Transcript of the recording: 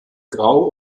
grau